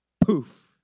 Poof